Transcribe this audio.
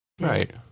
right